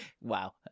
Wow